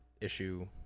issue